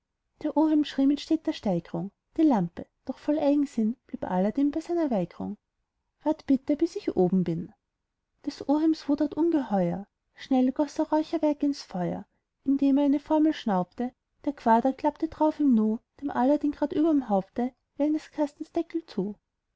der oheim schrie mit steter steigrung die lampe doch voll eigensinn blieb aladdin bei seiner weigrung wart bitte bis ich oben bin des oheims wut ward ungeheuer schnell goß er räucherwerk ins feuer indem er eine formel schnaubte der quader klappte drauf im nu dem aladdin grad überm haupte wie eines kastens deckel zu